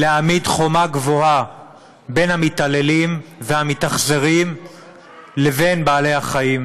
להעמיד חומה גבוהה בין המתעללים והמתאכזרים לבין בעלי-החיים,